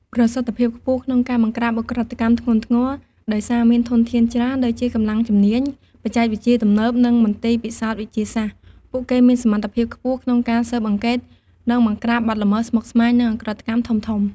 ប្រសិទ្ធភាពខ្ពស់ក្នុងការបង្ក្រាបឧក្រិដ្ឋកម្មធ្ងន់ធ្ងរ ដោយសារមានធនធានច្រើន ដូចជាកម្លាំងជំនាញ បច្ចេកវិទ្យាទំនើប និងមន្ទីរពិសោធន៍វិទ្យាសាស្ត្រ ពួកគេមានសមត្ថភាពខ្ពស់ក្នុងការស៊ើបអង្កេត និងបង្ក្រាបបទល្មើសស្មុគស្មាញ និងឧក្រិដ្ឋកម្មធំៗ។